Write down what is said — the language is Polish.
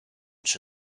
czy